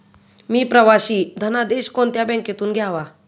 मी प्रवासी धनादेश कोणत्या बँकेतून घ्यावा?